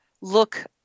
look